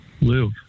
live